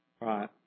right